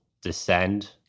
descend